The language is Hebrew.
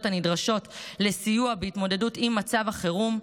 הנדרשות לסיוע בהתמודדות עם מצב החירום.